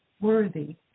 worthy